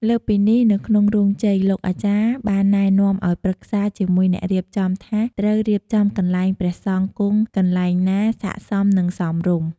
លើសពីនេះនៅក្នុងរោងជ័យលោកអាចារ្យបានណែនាំនិងប្រឹក្សាជាមួយអ្នករៀបចំថាត្រូវរៀបចំកន្លែងព្រះសង្ឃគង់ កន្លែងណាសាកសមនិងសមរម្យ។